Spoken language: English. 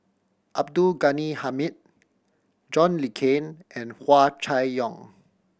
Abdul Ghani Hamid John Le Cain and Hua Chai Yong